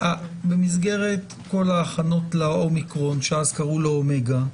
במסגרת כל ההכנות לאומיקרון שאז קראו לו אומגה,